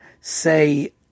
say